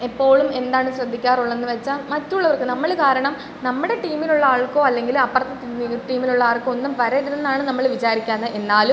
എപ്പോഴും എന്താണ് ശ്രദ്ധിക്കാറുള്ളതെന്ന് വെച്ചാൽ മറ്റുള്ളവർക്ക് നമ്മൾ കാരണം നമ്മുടെ ടീമിലുള്ള ആൾക്കോ അല്ലെങ്കിൽ അപ്പുറത്തെ ടീമിലുള്ള ആർക്കോ ഒന്നും വരരുതെന്നാണ് നമ്മൾ വിചാരിക്കാന്ന് എന്നാലും